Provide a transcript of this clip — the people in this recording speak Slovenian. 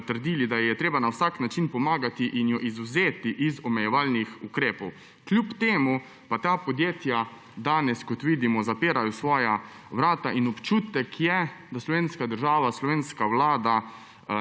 trdili, da ji je treba na vsak način pomagati in jo izvzeti iz omejevalnih ukrepov. Kljub temu pa ta podjetja danes, kot vidimo, zapirajo svoja vrata. Občutek je, da slovenska država, slovenska vlada